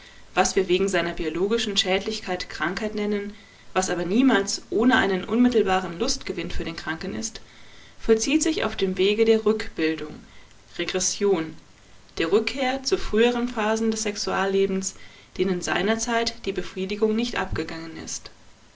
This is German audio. was wir wegen seiner biologischen schädlichkeit krankheit nennen was aber niemals ohne einen unmittelbaren lustgewinn für den kranken ist vollzieht sich auf dem wege der rückbildung regression der rückkehr zu früheren phasen des sexuallebens denen seinerzeit die befriedigung nicht abgegangen ist